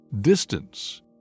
distance